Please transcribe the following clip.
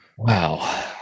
Wow